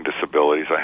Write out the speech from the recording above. disabilities